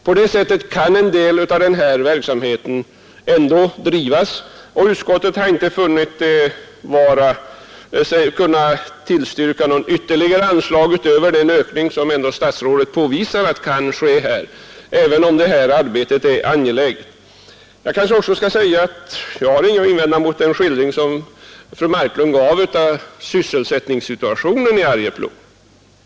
På det sättet kan en del av den här verksamheten ändå drivas, och utskottet har inte funnit sig kunna tillstyrka något ytterligare anslag utöver den ökning som statsrådet påvisar kan ske, även om det här arbetet är angeläget. Jag kanske också skall säga att jag ingenting har att invända mot den skildring som fru Marklund gav av sysselsättningssituationen i Arjeplog.